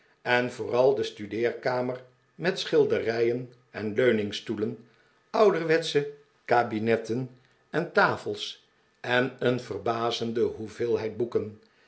en vooral de studeerkamer met schilderijen en leuningstoelen ouderwetsche kabinetten en tafels en een verbazende hoeveelheid boeken